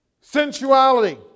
Sensuality